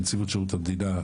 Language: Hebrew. לנציבות שירות המדינה,